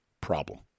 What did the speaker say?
problem